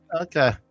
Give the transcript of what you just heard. Okay